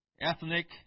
Ethnic